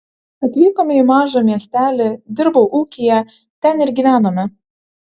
atvykome į mažą miestelį dirbau ūkyje ten ir gyvenome